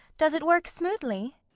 does it work smoothly?